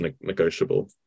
negotiable